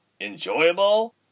Enjoyable